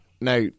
Now